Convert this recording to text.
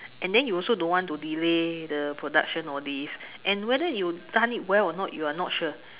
and then you also don't want to delay the production all this and whether you done it well or not you are not sure